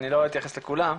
אני לא אתייחס לכולם,